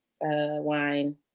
wine